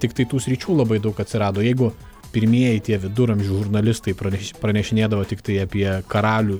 tiktai tų sričių labai daug atsirado jeigu pirmieji tie viduramžių žurnalistai praneš pranešinėdavo tiktai apie karalių